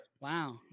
Wow